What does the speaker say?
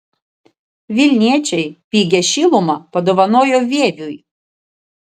vilniečiai pigią šilumą padovanojo vieviui